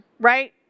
right